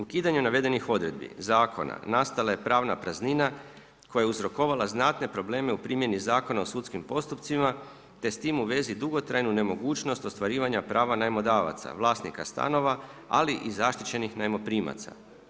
Ukidanje navedenih odredbi zakona nastala je pravna praznina koja je uzrokovala znatne probleme u primjeni Zakona o sudskim postupcima te s time u vezi dugotrajnu nemogućnost ostvarivanja prava najmodavaca, vlasnika stanova ali i zaštićenih najmoprimaca.